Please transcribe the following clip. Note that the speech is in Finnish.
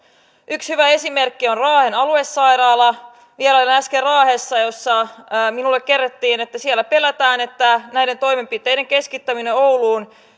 yksi hyvä esimerkki on raahen aluesairaala vierailin äsken raahessa jossa minulle kerrottiin että siellä pelätään että näiden toimenpiteiden keskittäminen ouluun